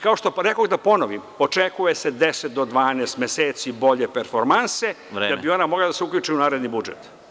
Kao što rekoh, da ponovim, očekuje se deset do dvanaest meseci bolje performanse, da bi ona mogla da se uključi u naredni budžet.